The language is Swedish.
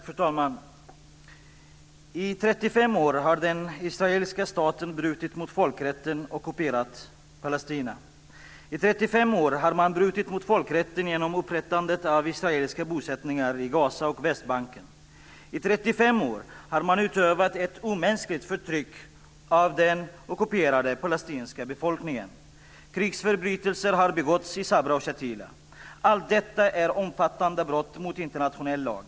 Fru talman! I 35 år har den israeliska staten brutit mot folkrätten och ockuperat Palestina. I 35 år har man brutit mot folkrätten genom upprättandet av israeliska bosättningar i Gaza och på Västbanken. I 35 år har man utövat ett omänskligt förtryck av den ockuperade palestinska befolkningen. Krigsförbrytelser har begåtts i Sabra och Shatila. Allt detta är omfattande brott mot internationell lag.